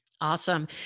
Awesome